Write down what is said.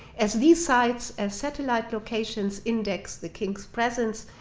as these sites and satellite locations index the king's presence,